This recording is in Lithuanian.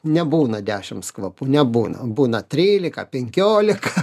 nebūna dešimts kvapų nebūna būna trylika penkiolika